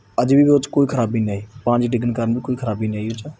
ਅੱਜ ਵੀ ਉਹ 'ਚ ਕੋਈ ਖਰਾਬੀ ਨਹੀਂ ਆਈ ਪਾਣੀ 'ਚ ਡਿੱਗਣ ਕਾਰਨ ਕੋਈ ਖਰਾਬੀ ਨਹੀਂ ਆਈ ਉਹ 'ਚ